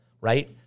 right